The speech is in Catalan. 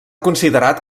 considerat